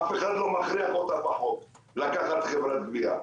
אף אחד לא מכריח אותה בחוק לקחת חברת גבייה.